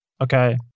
Okay